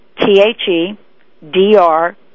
T-H-E-D-R